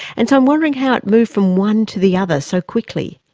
and so i'm wondering how it moved from one to the other so quickly.